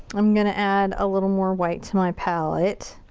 i'm gonna add a little more white to my palette.